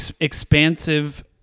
expansive